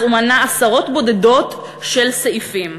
אז הוא מנה עשרות בודדות של סעיפים.